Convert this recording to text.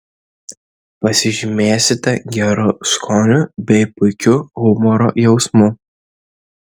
pasižymėsite geru skoniu bei puikiu humoro jausmu